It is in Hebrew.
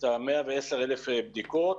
את ה-110,000 בדיקות.